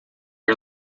are